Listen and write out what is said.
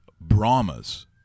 Brahmas